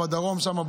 בדרום שם,